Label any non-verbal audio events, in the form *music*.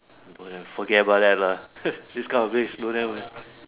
!aiya! forget about that lah *noise* this kind of place don't have lah